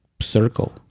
circle